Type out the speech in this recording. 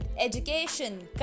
education